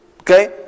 Okay